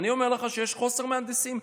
ואני אומר לך שיש חוסר במהנדסים.